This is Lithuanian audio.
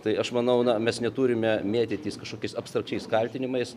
tai aš manau na mes neturime mėtytis kažkokiais abstrakčiais kaltinimais